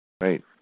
Right